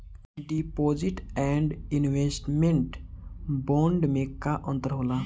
Deposit and investment bond मे का अंतर होला?